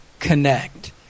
Connect